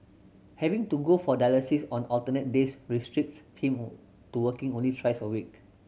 having to go for dialysis on alternate days restricts him to working only thrice a week